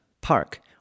Park